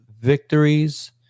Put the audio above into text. victories